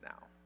now